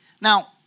Now